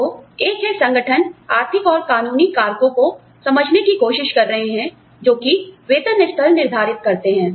तो एक है संगठन आर्थिक और कानूनी कारकों को समझने की कोशिश कर रहे हैं जोकि वेतन स्तर निर्धारित करते हैं